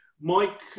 Mike